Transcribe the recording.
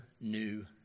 new